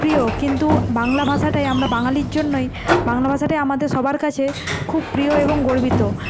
প্রিয় কিন্তু বাংলা ভাষাটাই আমরা বাঙালির জন্যই বাংলা ভাষাটাই আমাদের সবার কাছে খুব প্রিয় এবং গর্বিত